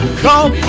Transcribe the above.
come